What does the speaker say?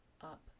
up